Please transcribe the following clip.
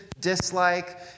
dislike